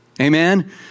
amen